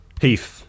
Heath